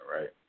right